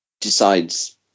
decides –